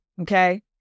okay